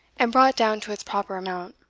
and brought down to its proper amount.